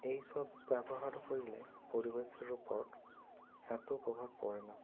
এই সব ব্যবহার করলে পরিবেশের উপর এত প্রভাব পড়ে না